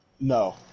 No